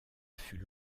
fut